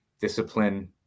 discipline